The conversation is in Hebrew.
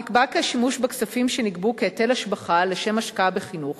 נקבע כי השימוש בכספים שנגבו כהיטל השבחה לשם השקעה בחינוך